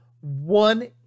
one